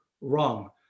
wrong